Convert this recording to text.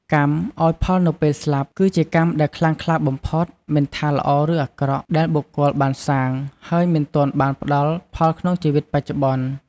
កម្មឲ្យផលនៅពេលស្លាប់ គឺជាកម្មដែលខ្លាំងក្លាបំផុត មិនថាល្អឬអាក្រក់ ដែលបុគ្គលបានសាង ហើយមិនទាន់បានផ្ដល់ផលក្នុងជីវិតបច្ចុប្បន្ន។